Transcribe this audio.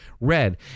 red